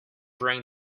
bring